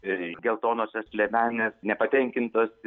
ir geltonosios liemenės nepatenkintos